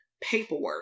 paperwork